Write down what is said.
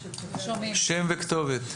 שם וכתובת.